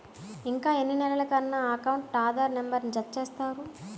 ఇంకా ఎన్ని నెలలక నా అకౌంట్కు ఆధార్ నంబర్ను జత చేస్తారు?